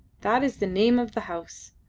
that is the name of the house.